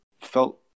felt